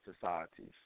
societies